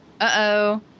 Uh-oh